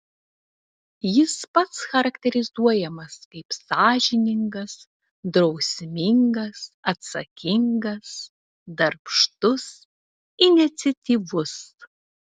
jis pats charakterizuojamas kaip sąžiningas drausmingas atsakingas darbštus iniciatyvus